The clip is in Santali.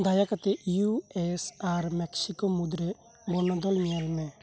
ᱫᱟᱭᱟ ᱠᱟᱛᱮᱫ ᱤᱭᱩ ᱮᱥ ᱟᱨ ᱢᱮᱠᱥᱤ ᱠᱳ ᱢᱩᱫᱽᱨᱮ ᱵᱚᱱᱚᱫᱚᱞ ᱧᱮᱞ ᱢᱮ